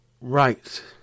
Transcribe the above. right